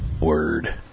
Word